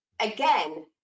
again